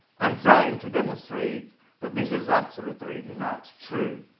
i'm trying to demonstrate that this is absolutely not true!